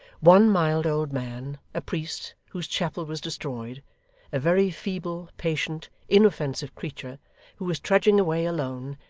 one mild old man a priest, whose chapel was destroyed a very feeble, patient, inoffensive creature who was trudging away, alone,